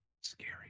scary